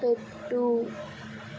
పెట్టు